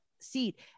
seat